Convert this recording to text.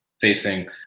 facing